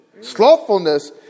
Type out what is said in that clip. Slothfulness